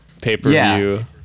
pay-per-view